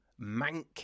mank